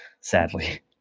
sadly